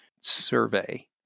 survey